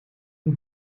een